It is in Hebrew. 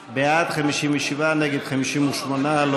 חברי הכנסת, בעד, 57, נגד, 58. לא